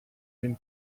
been